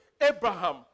Abraham